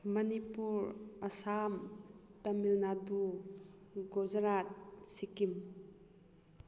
Manipur Assam Tamil Nadu Gujarat Sikkim